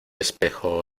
espejo